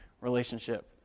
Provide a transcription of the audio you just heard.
relationship